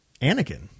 Anakin